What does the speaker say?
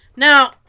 Now